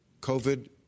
COVID